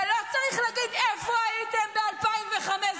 ולא צריך להגיד: איפה הייתם ב-2015.